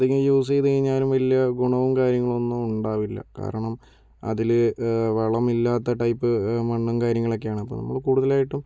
അധികം യൂസ് ചെയ്താലും വലിയ ഗുണവും കാര്യങ്ങളൊന്നും ഉണ്ടാകില്ല കാരണം അതിൽ വളം ഇല്ലാത്ത ടൈപ്പ് മണ്ണും കാര്യങ്ങളൊക്കെയാണ് അപ്പോൾ നമുക്ക് കൂടുതലായിട്ടും